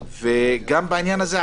גם בעניין הזה,